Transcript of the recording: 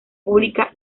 pública